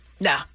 no